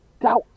doubt